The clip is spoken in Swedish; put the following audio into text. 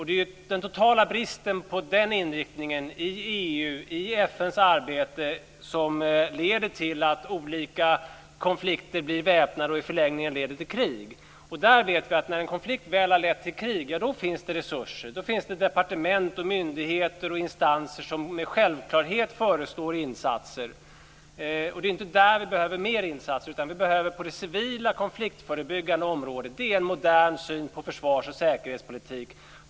Det är den totala bristen på den inriktningen i EU och i FN:s arbete som leder till att olika konflikter blir väpnade och i förlängningen leder till krig. Vi vet att det finns resurser när en konflikt väl har lett till krig. Då finns det departement, myndigheter och instanser som med självklarhet förestår insatser. Det är inte i det fallet vi behöver fler insatser. De behövs på det civila konfliktförebyggande området. Det är en modern syn på försvars och säkerhetspolitik.